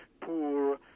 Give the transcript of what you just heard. poor